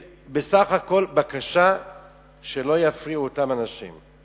בסך הכול בקשה שאותם אנשים לא יפריעו.